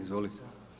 Izvolite.